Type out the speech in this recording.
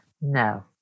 No